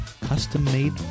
custom-made